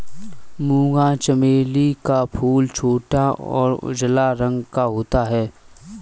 मूंगा चमेली का फूल छोटा और उजला रंग का होता है